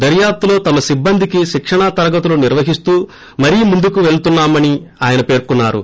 దర్యాప్తులో తమ సిబ్బందికి శిక్షణా తరగతులు నిర్వహిస్తూ మరీ ముందుకు వెళుతున్నా మని ఆయన పేర్కోన్నారు